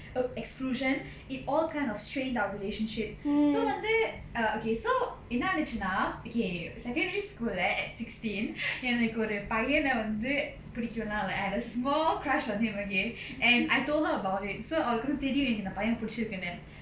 exclusion it all kind of strained our relationship so வந்து:vandhu err okay so என்ன ஆச்சுனா:enna aacchuna okay secondary school lah at sixteen எனக்கு ஒரு பையன வந்து புடிக்கும்:enakku oru payyana vandhu pudikkum lah like I had a small crush on him okay and I told her about it so அவளுக்கு வந்து தெரியும் இந்த பையன் புடிச்சுரிக்குனு:avalukku vandhu theriyum indha payyan pudichirukkunu